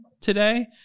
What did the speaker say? today